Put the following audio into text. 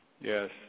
Yes